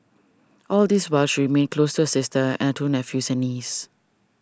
all this while she remained close her sister and her two nephews and niece